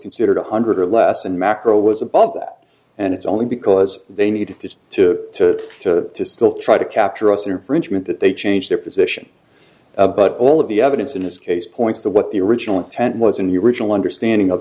considered one hundred or less and macro was above that and it's only because they need to to to still try to capture us in infringement that they change their position but all of the evidence in this case points the what the original intent was in your original understanding of